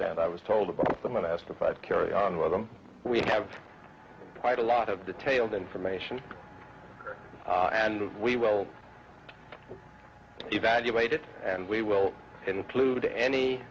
that i was told about them and asked if i'd carry on with them we have quite a lot of detailed information and we will evaluate it and we will include any